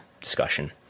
discussion